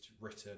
written